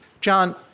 John